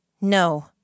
no